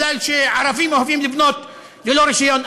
כי ערבים אוהבים לבנות ללא רישיון.